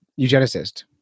eugenicist